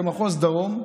למחוז דרום,